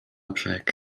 brzeg